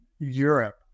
Europe